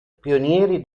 pionieri